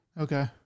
Okay